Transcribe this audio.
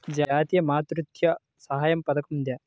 జాతీయ మాతృత్వ సహాయ పథకం ఉందా?